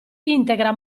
integra